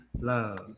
love